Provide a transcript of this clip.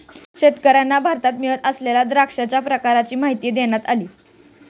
शेतकर्यांना भारतात मिळत असलेल्या द्राक्षांच्या प्रकारांची माहिती देण्यात आली